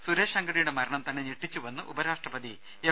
സുരേഷ് അംഗഡിയുടെ മരണം തന്നെ ഞെട്ടിച്ചുവെന്ന് ഉപരാഷ്ട്രപതി എം